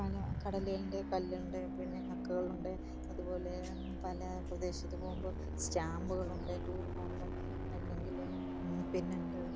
പല കടലിന്റെ കല്ലുണ്ട് പിന്നെ കക്കകളുണ്ട് അതുപോലേ പല പ്രദേശത്ത് പോകുമ്പോൾ സ്റ്റാമ്പുളുണ്ട് ടൂറ് പോകുമ്പോൾ അല്ലെങ്കിൽ പിന്നെന്ത്